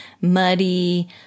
muddy